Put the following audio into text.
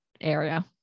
area